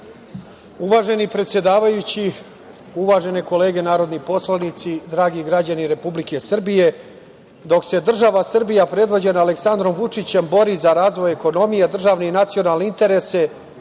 Uvaženi predsedavajući, uvažene kolege narodni poslanici, dragi građani Republike Srbije, dok se država Srbija predvođena Aleksandrom Vučićem bori za razvoj ekonomije, državne i nacionalne interese,